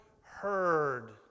heard